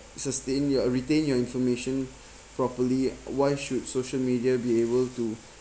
sustain your retain your information properly why should social media be able to